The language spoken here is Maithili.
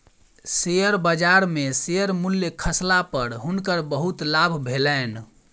शेयर बजार में शेयर मूल्य खसला पर हुनकर बहुत लाभ भेलैन